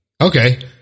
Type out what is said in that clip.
Okay